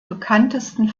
bekanntesten